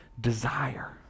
desire